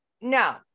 No